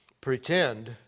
pretend